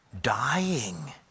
dying